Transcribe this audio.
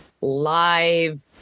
live